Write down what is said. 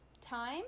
time